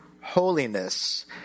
holiness